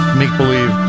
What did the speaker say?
make-believe